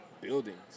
buildings